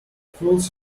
fools